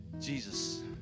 Jesus